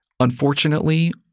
Unfortunately